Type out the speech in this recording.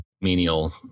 menial